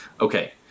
Okay